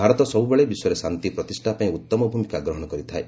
ଭାରତ ସବୁବେଳେ ବିଶ୍ୱରେ ଶାନ୍ତି ପ୍ରତିଷ୍ଠା ପାଇଁ ଉତ୍ତମ ଭୂମିକା ଗ୍ରହଣ କରିଥାଏ